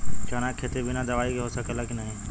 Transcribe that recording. चना के खेती बिना दवाई के हो सकेला की नाही?